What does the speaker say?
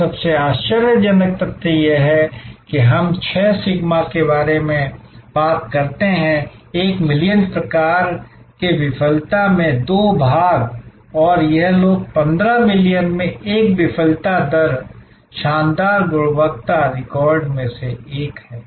और सबसे आश्चर्यजनक तथ्य यह है कि हम छह सिग्मा के बारे में बात करते हैं एक मिलियन प्रकार की विफलता दर में दो भाग और यह लोग 15 मिलियन में एक विफलता दर शानदार गुणवत्ता रिकॉर्ड में एक है